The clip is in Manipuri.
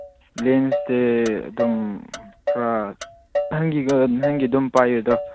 ꯂꯦꯟꯁꯇꯤ ꯑꯗꯨꯝ ꯈꯔ ꯅꯍꯥꯟꯒꯤ ꯑꯗꯨꯝ ꯄꯥꯏꯌꯨꯗꯣ